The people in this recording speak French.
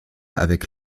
avec